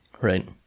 Right